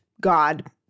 God